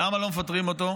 למה לא מפטרים אותו?